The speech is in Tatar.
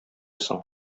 соң